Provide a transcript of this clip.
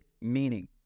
meaning